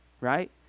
right